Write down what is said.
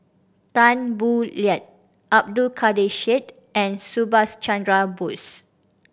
Tan Boo Liat Abdul Kadir Syed and Subhas Chandra Bose